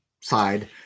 side